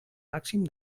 màxim